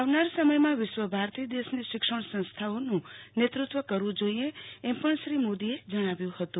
આવનાર સમયમાં વિશ્વ ભરતી દેશની શિક્ષણ સંસ્થાઓનું નેતૃત્વ કરવું એમ પણ શ્રી મોદીએ જણાવ્યું હતું